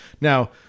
Now